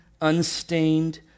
unstained